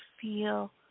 feel